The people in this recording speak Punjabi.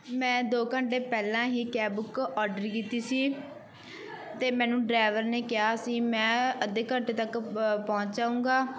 ਮੈਂ ਦੋ ਘੰਟੇ ਪਹਿਲਾਂ ਹੀ ਕੈਬ ਬੁੱਕ ਔਡਰ ਕੀਤੀ ਸੀ ਅਤੇ ਮੈਨੂੰ ਡਰਾਈਵਰ ਨੇ ਕਿਹਾ ਸੀ ਮੈਂ ਅੱਧੇ ਘੰਟੇ ਤੱਕ ਪਹੁੰਚ ਜਾਊਂਗਾ